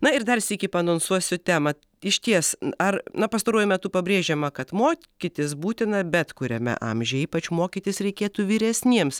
na ir dar sykį paanonsuosiu temą išties ar na pastaruoju metu pabrėžiama kad mokytis būtina bet kuriame amžiuje ypač mokytis reikėtų vyresniems